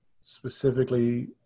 specifically